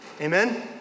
Amen